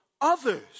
others